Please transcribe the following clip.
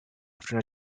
after